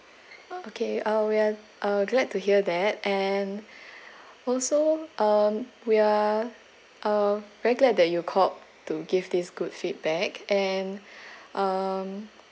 okay uh we are uh glad to hear that and also um we are um very glad that you called to give this good feedback and um